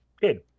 Good